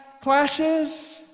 clashes